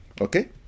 Okay